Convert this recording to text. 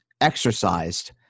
exercised